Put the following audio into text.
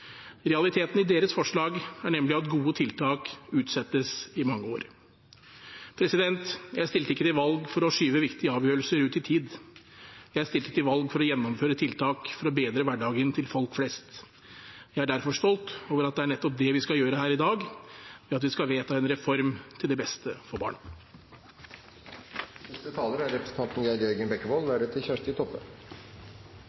Realiteten i deres forslag er nemlig at gode tiltak utsettes i mange år. Jeg stilte ikke til valg for å skyve viktige avgjørelser ut i tid. Jeg stilte til valg for å gjennomføre tiltak for å bedre hverdagen til folk flest. Jeg er derfor stolt over at det er nettopp det vi skal gjøre her i dag, ved at vi skal vedta en reform til det beste for barna. Kristelig Folkeparti blir ofte kalt for familieparti, og er